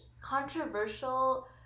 controversial